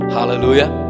Hallelujah